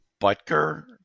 Butker